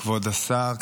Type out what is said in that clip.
כבוד השר,